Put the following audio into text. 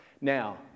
Now